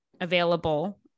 available